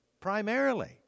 primarily